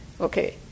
Okay